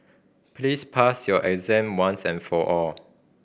please pass your exam once and for all